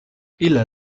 ile